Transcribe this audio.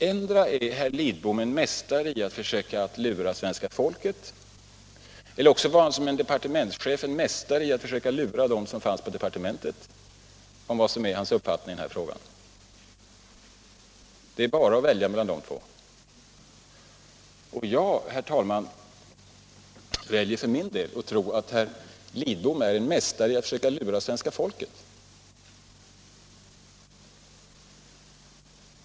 Endera är herr Lidbom en mästare i att försöka lura svenska folket, eller också var han som departementschef en mästare i att försöka lura dem som fanns på departementet om vad som är hans uppfattning i den här frågan. Det är bara att välja mellan de två möjligheterna. Och jag, herr talman, väljer för min del att tro att herr Lidbom är en mästare i att försöka lura svenska folket.